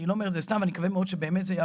אני לא אומר את זה סתם ואני מקווה שזה יעבור